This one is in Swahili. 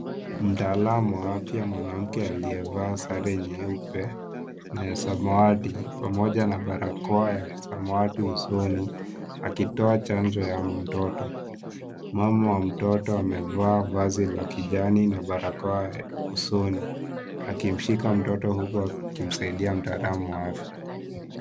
Mtaalamu wa afya mwanamke aliyevaa sare nyeupe na ya samawati pamoja na barakoa ya samawati usoni akitoa chanjo ya mtoto. Mama wa mtoto amevaa vazi la kijani na barakoa usoni akimshika mtoto huku akimsaidia mtaalamu wa afya.